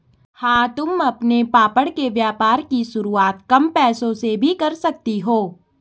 हाँ तुम अपने पापड़ के व्यापार की शुरुआत कम पैसों से भी कर सकती हो